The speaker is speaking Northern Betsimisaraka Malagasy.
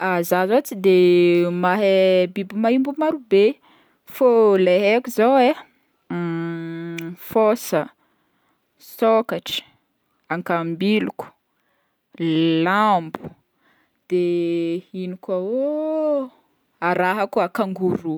zaho zao tsy de mahay biby maîmbo marobe, fô le haiko zao e: fôsa, sôkatra, akambiloko, lambo, de ino koa ô araha koa kangoroa.